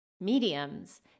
mediums